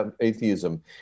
atheism